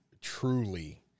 truly